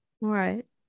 right